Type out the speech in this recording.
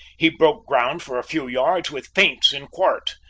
he broke ground for a few yards with feints in quarte.